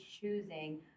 choosing